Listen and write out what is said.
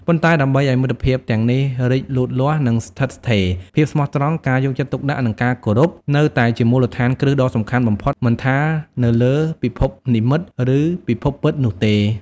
ប៉ុន្តែដើម្បីឱ្យមិត្តភាពទាំងនេះរីកលូតលាស់ និងស្ថិតស្ថេរ ភាពស្មោះត្រង់ ការយកចិត្តទុកដាក់ និងការគោរព នៅតែជាមូលដ្ឋានគ្រឹះដ៏សំខាន់បំផុត មិនថានៅលើពិភពនិម្មិត ឬពិភពពិតនោះទេ។